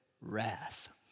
wrath